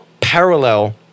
parallel